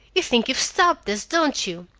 you think you've stopped us, don't you?